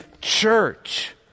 church